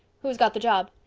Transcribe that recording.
who's got the job?